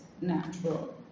natural